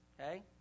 Okay